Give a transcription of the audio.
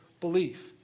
belief